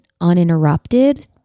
uninterrupted